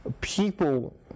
people